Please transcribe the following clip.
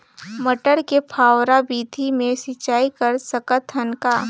मटर मे फव्वारा विधि ले सिंचाई कर सकत हन का?